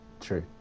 True